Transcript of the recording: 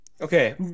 Okay